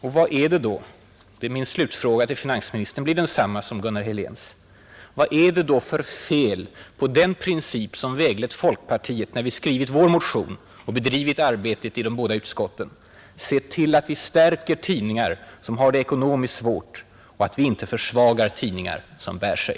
Och vad är det då — min slutfråga till finansministern blir densamma som Gunnar Heléns — för fel på den princip som väglett folkpartiet när vi skrivit vår motion och bedrivit arbetet i de båda utskotten: att se till att vi stärker tidningar som har det ekonomiskt svårt och att vi inte försvagar tidningar som bär sig.